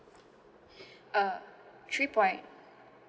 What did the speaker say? uh three point